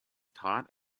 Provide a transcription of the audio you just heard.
taught